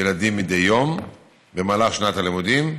ילדים מדי יום במהלך שנת הלימודים,